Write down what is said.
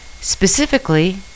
Specifically